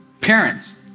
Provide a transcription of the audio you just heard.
Parents